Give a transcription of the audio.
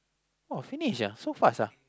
oh finish uh so fast ah